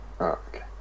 okay